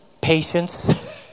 patience